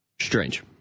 Strange